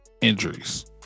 injuries